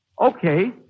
Okay